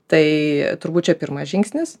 tai turbūt čia pirmas žingsnis